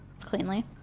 cleanly